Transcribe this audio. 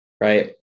Right